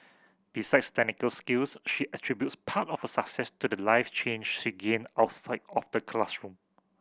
besides technical skills she attributes part of her success to the life change she gained outside of the classroom